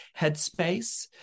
headspace